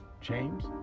James